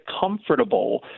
comfortable